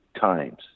times